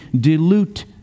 dilute